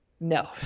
no